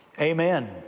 Amen